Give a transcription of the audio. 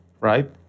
right